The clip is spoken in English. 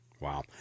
Wow